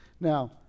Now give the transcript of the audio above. now